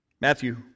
Matthew